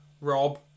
Rob